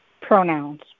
pronouns